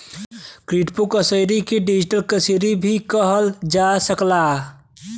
crypto currency के digital currency भी कहल जा सकला